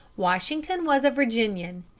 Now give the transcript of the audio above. washington was a virginian.